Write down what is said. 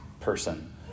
person